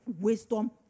wisdom